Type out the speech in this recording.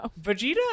Vegeta